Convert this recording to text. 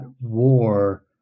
war